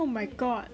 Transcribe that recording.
oh my god